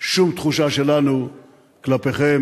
שום תחושה שלנו כלפיכם.